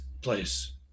place